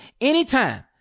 anytime